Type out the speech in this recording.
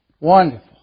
wonderful